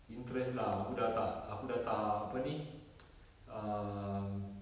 interest lah aku dah tak aku dah tak apa ni um